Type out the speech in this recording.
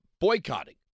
boycotting